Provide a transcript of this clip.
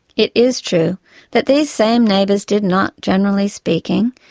it is true that these same neighbours did not, generally speaking,